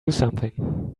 something